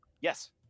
Yes